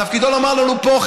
תפקידו לומר לנו: פה,